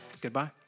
Goodbye